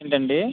ఏంటండి